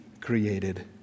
created